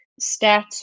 stats